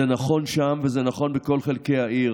זה נכון שם, וזה נכון בכל חלקי העיר.